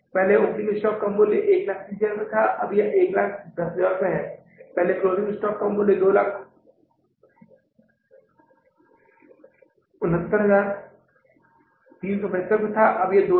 पहले opening stock का मूल्य 130000 था अब यह 110000 है पहले क्लोजिंग स्टॉक का मूल्य 269375 था अब यह 224375 है